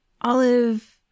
Olive